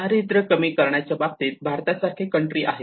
दारिद्र्य कमी करण्याच्या बाबतीत भारतासारखे कंट्री आहेत